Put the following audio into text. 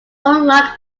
unlike